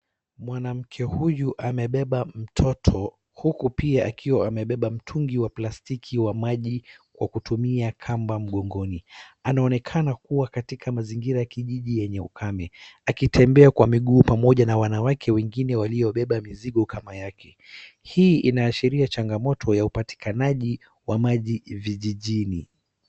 Mwanamke huyu amebeba mtoto, huku pia akiwa amebeba mtungi wa plastiki wa maji wa kutumia kamba mgongoni, anaonekana kuwa katika mazingira ya kijiji yenye ukame, akitembea kwa miguu pamoja na wanawake wengine waliobeba mizigo kama yake. Hii inaashiria changamoto ya upatikanaji wa maji vijijini.